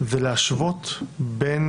זה להשוות בין